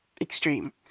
extreme